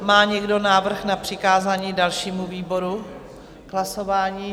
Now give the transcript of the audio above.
Má někdo návrh na přikázání dalšímu výboru k hlasování?